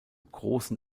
großen